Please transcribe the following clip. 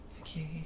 Okay